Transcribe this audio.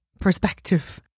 perspective